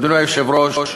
אדוני היושב-ראש,